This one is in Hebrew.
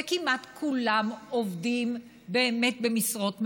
וכמעט כולם עובדים באמת במשרות מלאות?